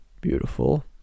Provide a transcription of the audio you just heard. beautiful